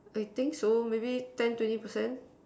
I think so maybe ten twenty percent